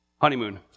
honeymoon